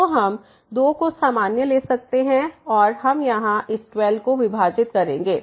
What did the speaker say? तो हम 2 को सामान्य ले सकते हैं और हम यहां इस 12 को विभाजित करेंगे